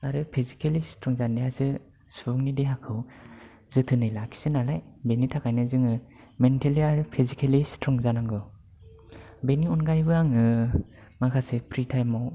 आरो physically strong जानायासो सुबुंनि देहाखौ जोथोनै लाखियो नालाय बेनि थाखायनो जोङो मेन्टेलि आरो फिजिकेलि स्ट्र्ं जानांगौ बेनि अनगायैबो आङो माखासे फ्रि टाइमाव